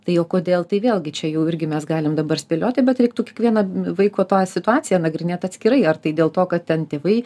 tai o kodėl tai vėlgi čia jau irgi mes galim dabar spėlioti bet reiktų kiekvieną vaiko tą situaciją nagrinėt atskirai ar tai dėl to kad ten tėvai